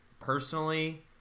Personally